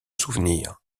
souvenirs